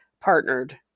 partnered